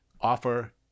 Offer